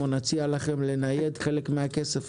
או שנציע לכם לנייד חלק מהכסף